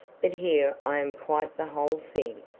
but here i am quite the whole thing.